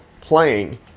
playing